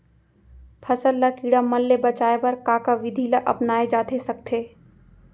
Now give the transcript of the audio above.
फसल ल कीड़ा मन ले बचाये बर का का विधि ल अपनाये जाथे सकथे?